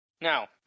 Now